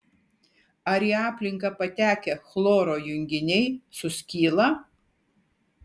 ar į aplinką patekę chloro junginiai suskyla